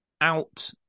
out